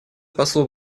послу